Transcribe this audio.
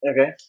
Okay